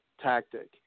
tactic